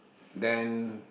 then